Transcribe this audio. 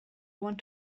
want